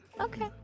Okay